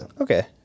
Okay